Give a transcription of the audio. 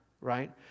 right